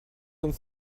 uns